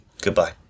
Goodbye